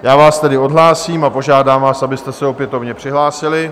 Já vás tedy odhlásím a požádám vás, abyste se opětovně přihlásili.